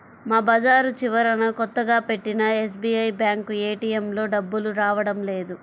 మా బజారు చివరన కొత్తగా పెట్టిన ఎస్బీఐ బ్యేంకు ఏటీఎంలో డబ్బులు రావడం లేదు